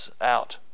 out